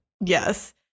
Yes